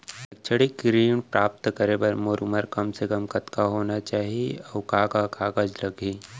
शैक्षिक ऋण प्राप्त करे बर मोर उमर कम से कम कतका होना चाहि, अऊ का का कागज लागही?